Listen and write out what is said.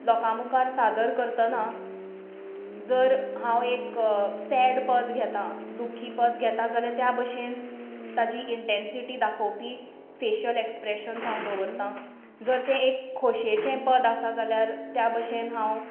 लोकां मुखार सादर करतना जर हांव एक सॅड पद घेतां दुख्खी पद घेता जाल्यार त्या बशेन ताजी इंटेनसीटी दाखोवपी फेशीयल ऍक्सप्रेशन्स हांव दवरतां जर तें एक खोशयेचें पद आसा जाल्यार त्या बशेन हांव